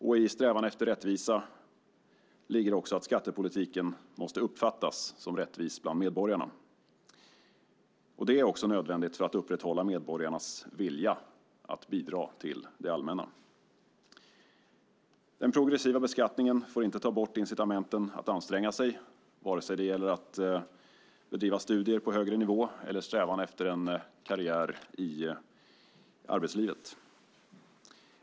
Och i strävan efter rättvisa ligger att skattepolitiken måste uppfattas som rättvis bland medborgarna. Det är nödvändigt för att upprätthålla medborgarnas vilja att bidra till det allmänna. Den progressiva beskattningen får inte ta bort incitamenten att anstränga sig, vare sig det gäller studier på högre nivå eller strävan efter en karriär i arbetslivet.